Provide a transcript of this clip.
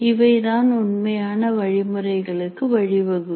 இவைதான் உண்மையான வழிமுறைகளுக்கு வழிவகுக்கும்